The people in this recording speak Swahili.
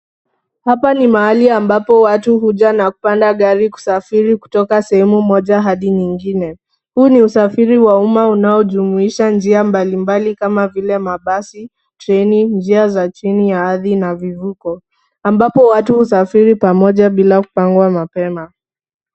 Hapa ni mahali ambapo watu huja na kupanda gari kusafiri kutoka sehemu moja hadi nyingine. Huu ni usafiri wa uma unaojumuisha njia mbalimbali kama vile mabasi, treni, njia za chini ya ardhi na vivuko ambapo watu usafiri pamoja bila kupangwa mapema.